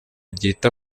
ryita